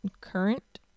current